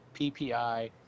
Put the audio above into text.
PPI